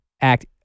act